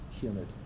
humid